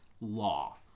law